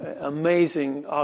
amazing